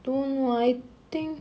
don't know I think